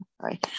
Sorry